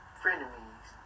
frenemies